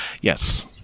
Yes